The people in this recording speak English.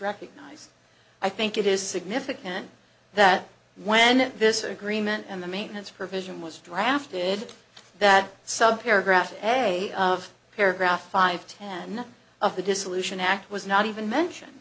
recognized i think it is significant that when this agreement and the maintenance provision was drafted that subject to graft a of paragraph five ten of the dissolution act was not even mention